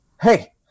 hey